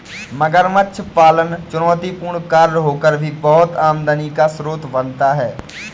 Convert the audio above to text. मगरमच्छ पालन चुनौतीपूर्ण कार्य होकर भी बहुत आमदनी का स्रोत बनता है